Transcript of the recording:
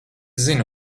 zinu